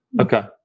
Okay